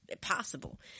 possible